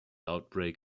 outbreak